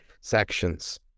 sections